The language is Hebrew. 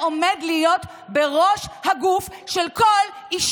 כל אחד